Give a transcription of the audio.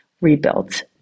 rebuilt